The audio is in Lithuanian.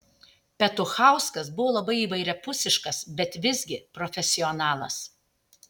petuchauskas buvo labai įvairiapusiškas bet visgi profesionalas